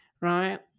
Right